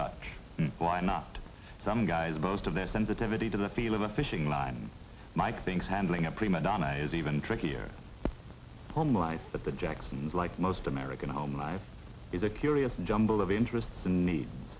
touch why not some guys boast of their sensitivity to the feel of a fishing line and mike thinks handling a prima donna is even trickier homelife but the jacksons like most american home life is a curious jumble of interests and need